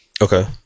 Okay